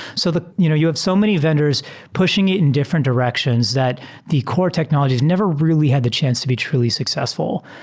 so you know you have so many vendors pushing it in different directions that the core technologies never really had the chance to be truly successful.